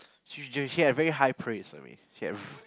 she just she had very high praise for me